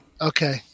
Okay